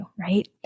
right